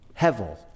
Hevel